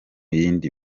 yindi